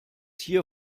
hier